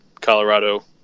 colorado